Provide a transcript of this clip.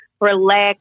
relax